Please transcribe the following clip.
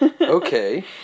Okay